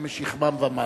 הם משכמם ומעלה.